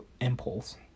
impulse